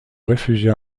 réfugia